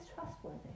trustworthy